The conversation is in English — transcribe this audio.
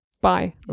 Bye